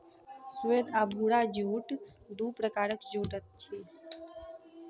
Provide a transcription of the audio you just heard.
श्वेत आ भूरा जूट दू प्रकारक जूट अछि